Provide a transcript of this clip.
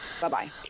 bye-bye